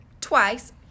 twice